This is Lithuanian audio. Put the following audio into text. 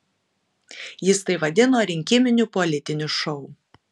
jis tai vadino rinkiminiu politiniu šou